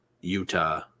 Utah